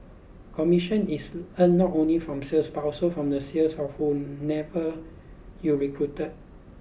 commission is earned not only from sales but also from the sales of whomever you recruited